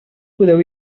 podeu